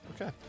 Okay